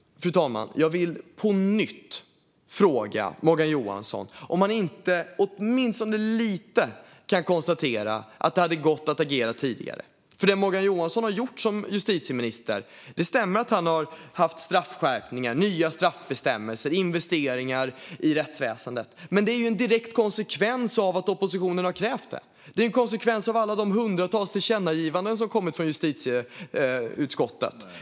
Jag vill därför på nytt fråga Morgan Johansson om han inte åtminstone lite grann kan erkänna att det hade gått att agera tidigare, fru talman. Det stämmer att Morgan Johansson som justitieminister har infört straffskärpningar och nya straffbestämmelser samt gjort investeringar i rättsväsendet, men det är ju en direkt konsekvens av att oppositionen har krävt det. Det är en konsekvens av de hundratals tillkännagivanden som har kommit från justitieutskottet.